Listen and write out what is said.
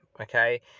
okay